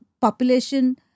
population